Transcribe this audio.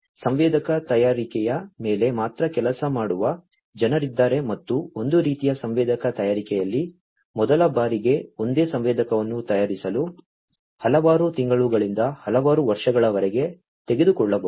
ಸಂವೇದಕ ತಯಾರಿಕೆಯ ಮೇಲೆ ಮಾತ್ರ ಕೆಲಸ ಮಾಡುವ ಜನರಿದ್ದಾರೆ ಮತ್ತು ಒಂದು ರೀತಿಯ ಸಂವೇದಕ ತಯಾರಿಕೆಯಲ್ಲಿ ಮೊದಲ ಬಾರಿಗೆ ಒಂದೇ ಸಂವೇದಕವನ್ನು ತಯಾರಿಸಲು ಹಲವಾರು ತಿಂಗಳುಗಳಿಂದ ಹಲವಾರು ವರ್ಷಗಳವರೆಗೆ ತೆಗೆದುಕೊಳ್ಳಬಹುದು